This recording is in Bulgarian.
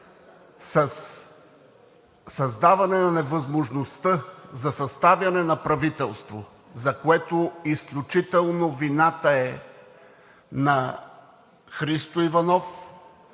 създаване на невъзможността за съставяне на правителство, за което вината е изключително на Христо Иванов,